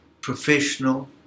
professional